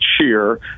cheer